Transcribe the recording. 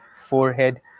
forehead